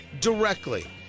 directly